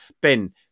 Ben